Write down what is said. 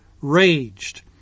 raged